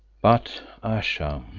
but ayesha,